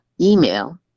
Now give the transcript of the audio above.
email